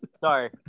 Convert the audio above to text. Sorry